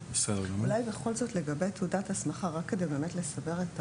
אולי בכל זאת, רק כדי לסבר את האוזן,